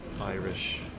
Irish